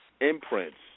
imprints